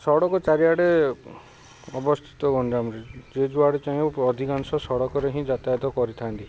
ସଡ଼କ ଚାରିଆଡ଼େ ଅବସ୍ଥିତ ଗଞ୍ଜାମରେ ଯେ ଯୁଆଡ଼େ ଚାହିଁବ ଅଧିକାଂଶ ସଡ଼କରେ ହିଁ ଯାତାୟତ କରିଥାନ୍ତି